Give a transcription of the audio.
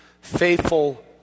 Faithful